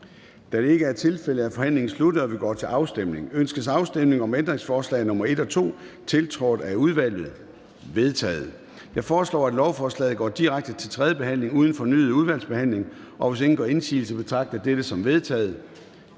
Da det ikke er tilfældet, er forhandlingen sluttet, og vi går til afstemning. Kl. 14:08 Afstemning Formanden (Søren Gade): Ønskes afstemning om ændringsforslag nr. 1 og 2, tiltrådt af udvalget? De er vedtaget. Jeg foreslår, at lovforslaget går direkte til tredje behandling uden fornyet udvalgsbehandling, og hvis ingen gør indsigelse, betragter jeg dette som vedtaget.